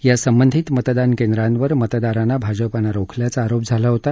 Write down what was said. या संबंधित मतदान केंद्रांवर मतदारांना भाजपानं रोखल्याचा आरोप झाला होता